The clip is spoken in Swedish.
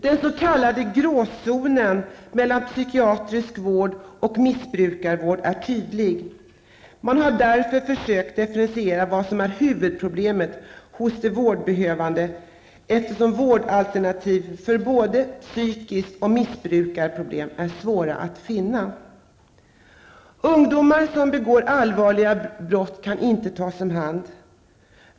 Den s.k. gråzonen mellan psykiatrisk vård och missbrukarvård är tydlig. Man har därför försökt att definiera vad som är huvudproblemet hos de vårdbehövande, eftersom vårdalternativ för både psykiska problem och missbrukarproblem är svåra att finna. Ungdomar som begår allvarliga brott kan inte tas om hand.